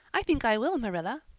i think i will, marilla,